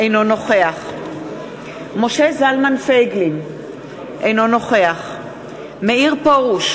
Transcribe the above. אינו נוכח משה זלמן פייגלין, אינו נוכח מאיר פרוש,